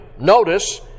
Notice